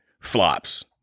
flops